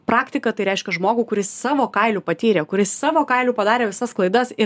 praktiką tai reiškia žmogų kuris savo kailiu patyrė kuris savo kailiu padarė visas klaidas ir